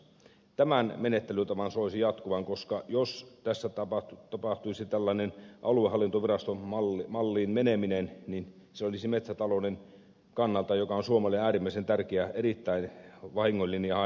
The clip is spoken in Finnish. tämän menettelytavan soisi jatkuvan koska jos tässä tapahtuisi tällainen aluehallintoviraston malliin meneminen niin se olisi metsätalouden kannalta joka on suomelle äärimmäisen tärkeä erittäin vahingollinen ja haitallinen tapahtuma